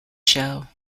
show